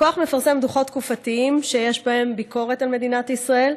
הכוח מפרסם דוחות תקופתיים שיש בהם ביקורת על מדיניות ישראל.